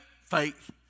faith